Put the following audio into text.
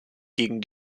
gegen